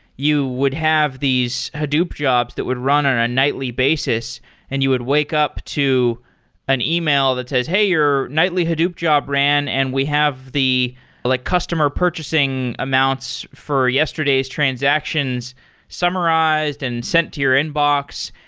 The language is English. you would have these hadoop jobs that would run on a nightly basis and you would wake up to an email that says, hey, your nightly hadoop job ran and we have the like customer purchasing amounts for yesterday's transactions summarized and sent to your inbox,